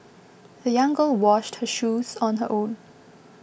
the young girl washed her shoes on her own